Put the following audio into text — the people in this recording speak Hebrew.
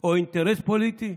או אינטרס פוליטי?